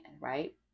right